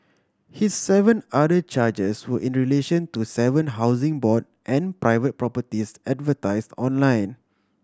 his seven other charges were in relation to seven Housing Board and private properties advertise online